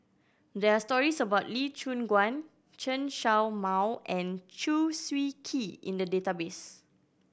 there are stories about Lee Choon Guan Chen Show Mao and Chew Swee Kee in the database